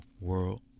world